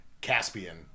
Caspian